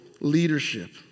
leadership